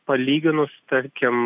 palyginus tarkim